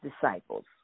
disciples